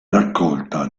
raccolta